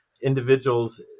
individuals